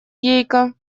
гейка